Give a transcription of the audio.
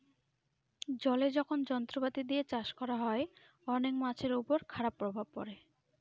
জলে যখন যন্ত্রপাতি দিয়ে চাষ করা হয়, অনেক মাছের উপর খারাপ প্রভাব পড়ে